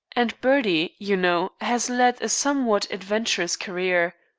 and bertie, you know, has led a somewhat adventurous career.